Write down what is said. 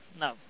no